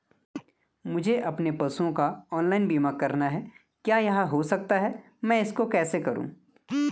मुझे अपने पशुओं का ऑनलाइन बीमा करना है क्या यह हो सकता है मैं इसको कैसे करूँ?